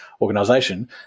organization